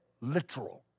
literal